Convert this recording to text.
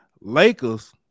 Lakers